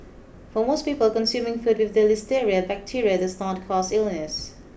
for most people consuming food with the listeria bacteria does not cause illness